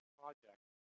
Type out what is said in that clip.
project.